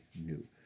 new